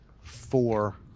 four